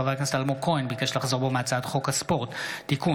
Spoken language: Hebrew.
חבר הכנסת אלמוג כהן ביקש לחזור בו מהצעת חוק הספורט (תיקון,